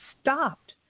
stopped